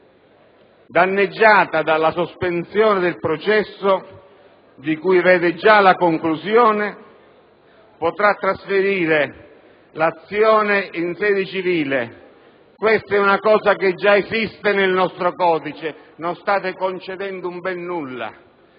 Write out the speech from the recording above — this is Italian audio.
danneggiata dalla sospensione del processo di cui vede già la conclusione potrà trasferire l'azione in sede civile. Questa è una cosa che già esiste nel nostro codice, non state concedendo un bel nulla,